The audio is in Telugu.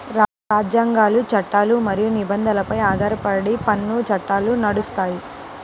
రాజ్యాంగాలు, చట్టాలు మరియు నిబంధనలపై ఆధారపడి పన్ను చట్టాలు నడుస్తాయి